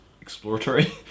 exploratory